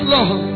Lord